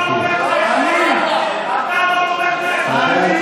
חבר הכנסת גנאים, נא לצאת,